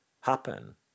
happen